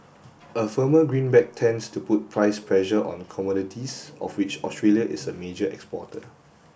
a firmer greenback tends to put price pressure on commodities of which Australia is a major exporter